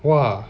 !wah!